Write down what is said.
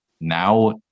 now